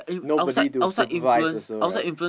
nobody to supervise also right